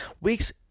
Weeks